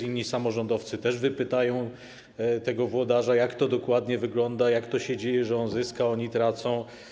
Inni samorządowcy też wypytają tego włodarza, jak to dokładnie wygląda, jak to się dzieje, że on zyskał, a oni tracą.